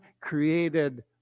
created